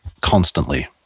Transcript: constantly